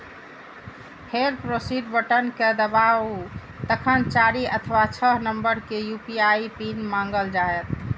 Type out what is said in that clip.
फेर proceed button कें दबाउ, तखन चारि अथवा छह नंबर के यू.पी.आई पिन मांगल जायत